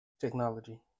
technology